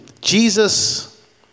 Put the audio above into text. Jesus